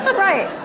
right.